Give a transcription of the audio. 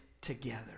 together